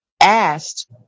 asked